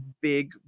big